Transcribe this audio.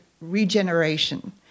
regeneration